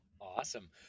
Awesome